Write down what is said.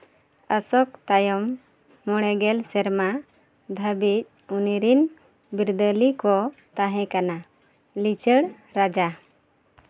ᱚᱥᱳᱠ ᱛᱟᱭᱚᱢ ᱢᱚᱬᱮ ᱜᱮᱞ ᱥᱮᱨᱢᱟ ᱫᱷᱟᱹᱵᱤᱡ ᱩᱱᱤ ᱨᱤᱱ ᱵᱤᱨᱫᱟᱹᱞᱤ ᱠᱚ ᱛᱟᱦᱮᱸ ᱠᱟᱱᱟ ᱞᱤᱪᱟᱹᱲ ᱨᱟᱡᱟ